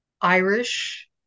Irish